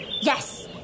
Yes